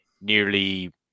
nearly